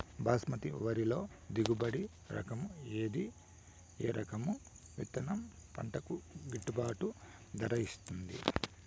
బాస్మతి వరిలో దిగుబడి రకము ఏది ఏ రకము విత్తనం పంటకు గిట్టుబాటు ధర ఇస్తుంది